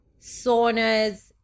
saunas